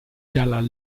dalla